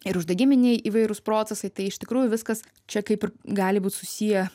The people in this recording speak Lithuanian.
ir uždegiminiai įvairūs procesai tai iš tikrųjų viskas čia kaip ir gali būt susiję